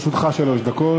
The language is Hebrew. אדוני, לרשותך שלוש דקות.